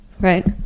right